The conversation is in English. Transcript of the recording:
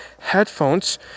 headphones